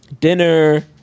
dinner